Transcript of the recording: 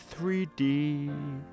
3D